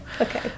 Okay